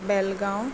Belgaum